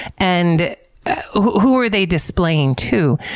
and who were they displaying to.